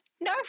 No